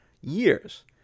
years